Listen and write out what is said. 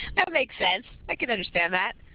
that makes sense. i can understand that.